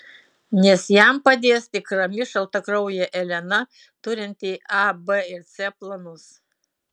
nes jam padės tik rami šaltakraujė elena turinti a b ir c planus